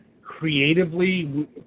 creatively